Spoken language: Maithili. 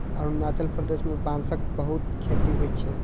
अरुणाचल प्रदेश मे बांसक बहुत खेती होइ छै